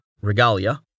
Regalia